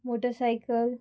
motorcycle